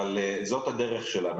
אבל זאת הדרך שלנו.